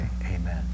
amen